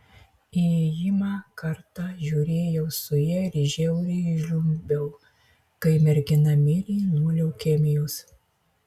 įėjimą kartą žiūrėjau su ja ir žiauriai žliumbiau kai mergina mirė nuo leukemijos